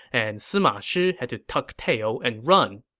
and sima shi had to tuck tail and run.